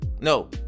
No